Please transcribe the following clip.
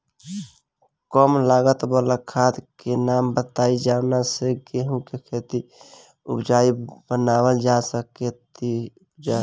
कम लागत वाला खाद के नाम बताई जवना से गेहूं के खेती उपजाऊ बनावल जा सके ती उपजा?